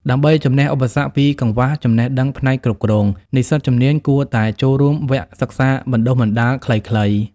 ដើម្បីជំនះឧបសគ្គពី កង្វះចំណេះដឹងផ្នែកគ្រប់គ្រង និស្សិតជំនាញគួរតែចូលរួមវគ្គសិក្សាបណ្តុះបណ្តាលខ្លីៗ។